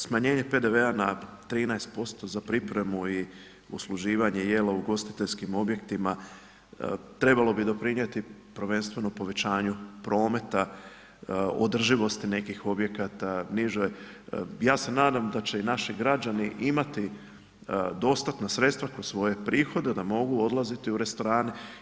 Smanjenje PDV-a na 13% za pripremu i usluživanje jela ugostiteljskim objektima trebalo bi doprinijeti prvenstveno povećanju prometa, održivosti nekih objekata, nižoj, ja se nadam da će i naši građani imati dostatna sredstva kroz svoje prihode da mogu odlaziti u restorane.